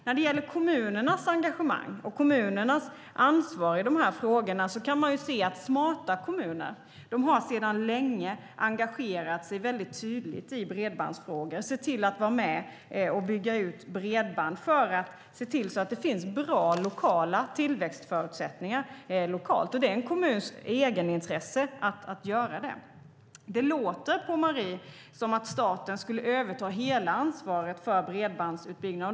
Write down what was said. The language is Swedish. När det gäller kommunernas engagemang och ansvar i de här frågorna kan man se att smarta kommuner sedan länge har engagerat sig tydligt i bredbandsfrågor och sett till att vara med och bygga ut bredband för att det ska finnas bra tillväxtförutsättningar lokalt. Det är en kommuns egenintresse att göra det. Det låter på Marie som att staten skulle överta hela ansvaret för bredbandsutbyggnaden.